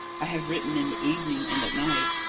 i have written in the evening, and at night.